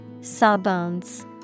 Sawbones